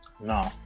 No